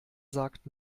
sagt